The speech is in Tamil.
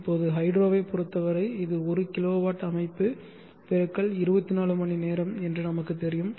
இப்போது ஹைட்ரோவைப் பொறுத்தவரை இது 1 கிலோவாட் அமைப்பு × 24 மணி நேரம் என்று நமக்கு தெரியும்